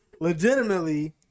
legitimately